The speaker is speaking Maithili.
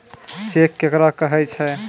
चेक केकरा कहै छै?